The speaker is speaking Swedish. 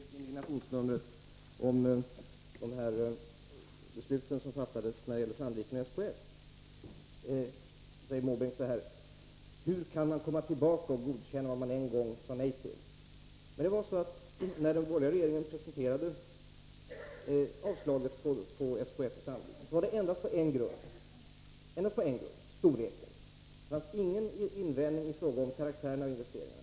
Herr talman! Bertil Måbrink återkommer till indignationsnummret om de beslut som fattats när det gäller Sandvik och SKF. Han säger: Hur kan man komma tillbaka och godkänna vad man en gång sagt nej till? När den borgerliga regeringen avslog ansökningarna från SKF och Sandvik gjordes detta på endast en grund, nämligen investeringarnas storlek. Det fanns ingen invändning i fråga om karaktären på investeringarna.